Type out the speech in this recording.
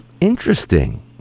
Interesting